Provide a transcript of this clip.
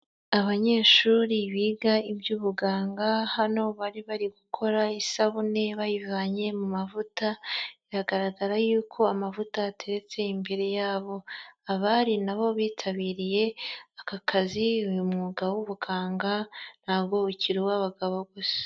Abanyeshuri biga iby'ubuganga, hano bari bari gukora isabune bayivanye mu mavuta, biragaragara yuko amavuta ateretse imbere yabo. Abari na bo bitabiriye aka kazi, uyu mwuga w'ubuganga ntabwo ukiri uw'abagabo gusa.